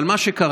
אבל מה שקרה,